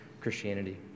Christianity